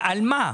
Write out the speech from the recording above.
על מה?